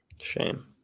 shame